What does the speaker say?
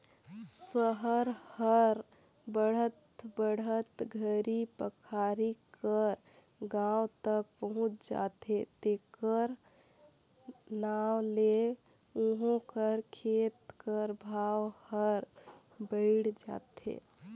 सहर हर बढ़त बढ़त घरी पखारी कर गाँव तक पहुंच जाथे तेकर नांव ले उहों कर खेत कर भाव हर बइढ़ जाथे